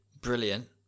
brilliant